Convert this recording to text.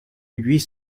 huit